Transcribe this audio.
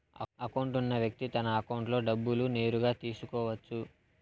account ఉన్న వ్యక్తి తన అకౌంట్లో డబ్బులు నేరుగా తీసుకోవచ్చు